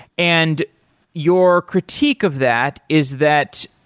and your critique of that is that,